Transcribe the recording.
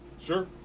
Sure